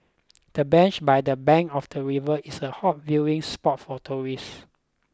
the bench by the bank of the river is a hot viewing spot for tourists